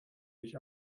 ich